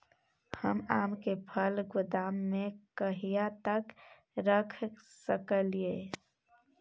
हम आम के फल गोदाम में कहिया तक रख सकलियै?